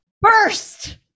burst